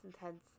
intense